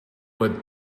but